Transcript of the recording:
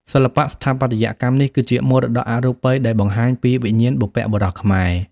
សិល្បៈស្ថាបត្យកម្មនេះគឺជាមរតកអរូបិយដែលបង្ហាញពីវិញ្ញាណបុព្វបុរសខ្មែរ។